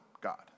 God